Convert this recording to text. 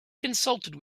consulted